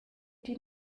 die